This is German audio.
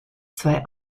zwei